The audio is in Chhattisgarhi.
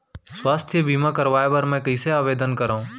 स्वास्थ्य बीमा करवाय बर मैं कइसे आवेदन करव?